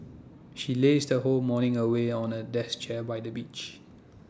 she lazed her whole morning away on A deck chair by the beach